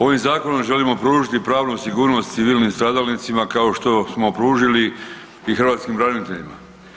Ovim zakonom želimo pružiti pravnu sigurnost civilnim stradalnicima kao što smo pružili i hrvatskim braniteljima.